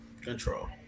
Control